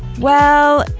well.